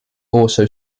also